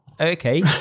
Okay